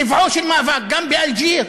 טבעו של מאבק, גם באלג'יר